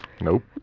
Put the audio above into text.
Nope